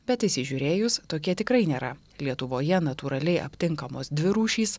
bet įsižiūrėjus tokie tikrai nėra lietuvoje natūraliai aptinkamos dvi rūšys